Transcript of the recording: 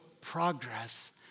progress